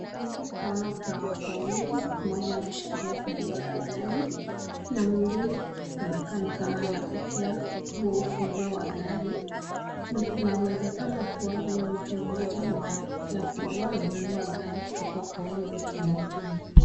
Hapa naona kuna watu wawili mmoja ameshikilia funguo la gari na mwingine anakaa nikama anapokea huo funguo wa gari ,kuna uwezekano kuwa huyu mtu mmoja mwenye anapokea funguo amenunua gari kutoka kwa huyo mtu mwingine.